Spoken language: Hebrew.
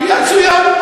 מצוין.